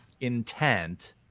intent